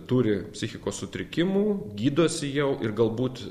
turi psichikos sutrikimų gydosi jau ir galbūt